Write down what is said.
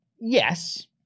Yes